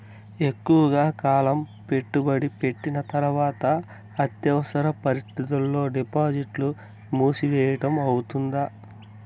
ఎక్కువగా కాలం పెట్టుబడి పెట్టిన తర్వాత అత్యవసర పరిస్థితుల్లో డిపాజిట్లు మూసివేయడం అవుతుందా?